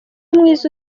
mwiza